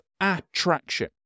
attraction